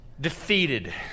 Defeated